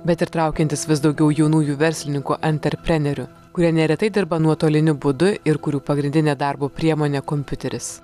bet ir traukiantis vis daugiau jaunųjų verslininkų anterprenerių kurie neretai dirba nuotoliniu būdu ir kurių pagrindinė darbo priemonė kompiuteris